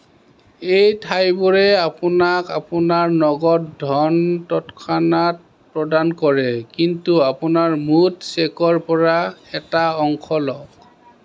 এই ঠাইবোৰে আপোনাক আপোনাৰ নগদ ধন তৎক্ষণাত প্ৰদান কৰে কিন্তু আপোনাৰ মুঠ চেকৰ পৰা এটা অংশ লওক